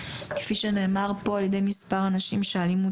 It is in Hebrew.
כפי שנאמר פה על ידי מספר אנשים שהאלימות